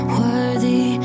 worthy